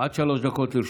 עד שלוש דקות לרשותך.